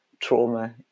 trauma